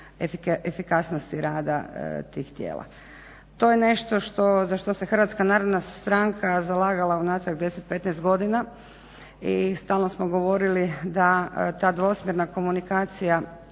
efikasnosti rada tih tijela. To je nešto za što se HNS zalagala unatrag 10, 15 godina i stalno smo govorili da ta dvosmjerna komunikacija